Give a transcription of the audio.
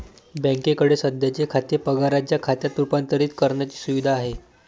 बँकेकडे सध्याचे खाते पगाराच्या खात्यात रूपांतरित करण्याची सुविधा आहे